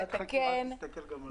ועדת החקירה תסתכל גם על זה.